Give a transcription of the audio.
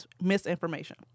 misinformation